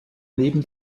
neben